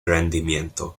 rendimiento